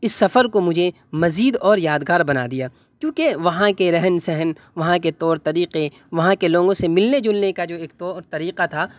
اس سفر کو مجھے مزید اور یادگار بنا دیا کیوںکہ وہاں کے رہن سہن وہاں کے طور طریقے وہاں کے لوگوں سے ملنے جلنے کا جو ایک طور طریقہ تھا